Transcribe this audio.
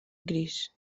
gris